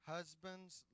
Husbands